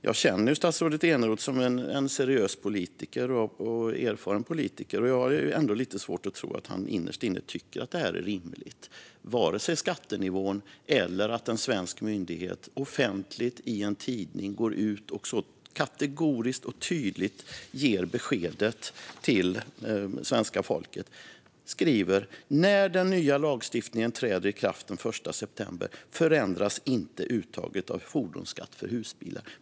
Jag känner ju statsrådet Eneroth som en seriös och erfaren politiker och har ändå lite svårt att tro att han innerst inne tycker att detta är rimligt, vare sig skattenivån eller att en svensk myndighet offentligt i en tidning går ut och så kategoriskt och tydligt ger beskedet till svenska folket: När den nya lagstiftningen träder i kraft den 1 september förändras inte uttaget av fordonsskatt för husbilar.